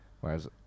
whereas